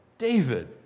David